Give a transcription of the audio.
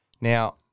Now